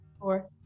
Four